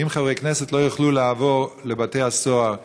ואם חברי הכנסת לא יוכלו לבוא לבתי-הסוהר ולבקר,